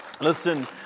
listen